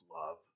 love